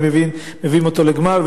מביאים אותו לגמר,